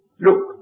look